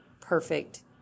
perfect